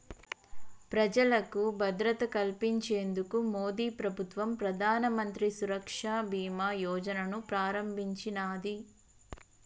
ప్రజలకు భద్రత కల్పించేందుకు మోదీప్రభుత్వం ప్రధానమంత్రి సురక్ష బీమా యోజనను ప్రారంభించినాది